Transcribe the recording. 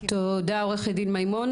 תודה, עו"ד מימון.